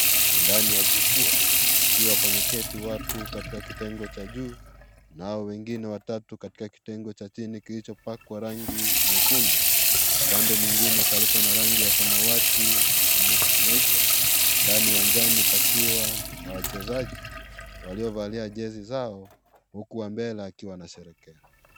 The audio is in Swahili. Ndani ya jukwaa wakiwa pameketi watu katika kitengo cha juu nao wengine watatu katika kitengo cha chini kilichopakwa rangi nyekundu. Upande mwingine palipo na rangi ya samawati na nyeupe. Ndani uwanjani pakiwa na wachezaji waliovalia jezi zao huku wa mbele akiwa anasherehekea.